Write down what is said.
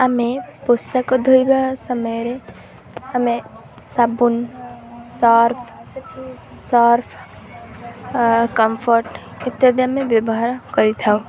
ଆମେ ପୋଷାକ ଧୋଇବା ସମୟରେ ଆମେ ସାବୁନ ସର୍ଫ ସର୍ଫ କମ୍ଫର୍ଟ ଇତ୍ୟାଦି ଆମେ ବ୍ୟବହାର କରିଥାଉ